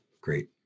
Great